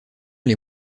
les